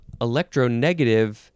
electronegative